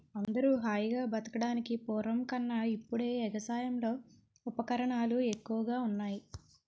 అందరూ హాయిగా బతకడానికి పూర్వం కన్నా ఇప్పుడే ఎగసాయంలో ఉపకరణాలు ఎక్కువగా ఉన్నాయ్